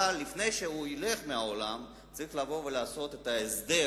אבל לפני שהוא ילך מהעולם צריך לבוא ולעשות את ההסדר